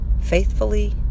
faithfully